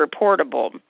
reportable